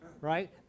right